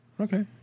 Okay